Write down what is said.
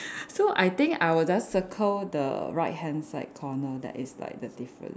so I think I would just circle the right hand side corner that is like the difference